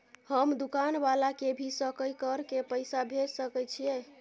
हम दुकान वाला के भी सकय कर के पैसा भेज सके छीयै?